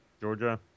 Georgia